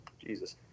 Jesus